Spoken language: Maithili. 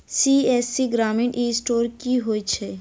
सी.एस.सी ग्रामीण ई स्टोर की होइ छै?